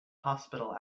hospital